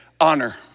honor